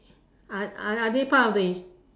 are they are they part of the